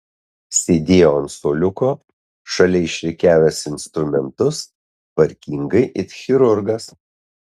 sėdėjo ant suoliuko šalia išrikiavęs instrumentus tvarkingai it chirurgas